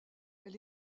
elle